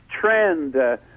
trend